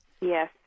yes